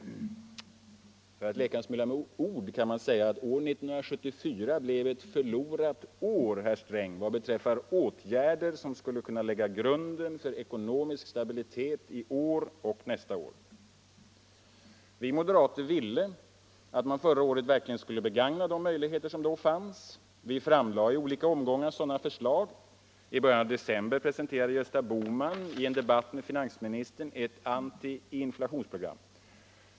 För att leka en smula med ord kan man säga, herr Sträng, att år 1974 blev ett förlorat år vad beträffar åtgärder som skulle kunna lägga grunden för ekonomisk stabilitet i år och under nästa år. Vi moderater ville att man förra året verkligen skulle begagna de möjligheter som då fanns. Vi framlade i olika omgångar sådana förslag. I början av december presenterade Gösta Bohman i en debatt med finansministern ett antiinflationsprogram.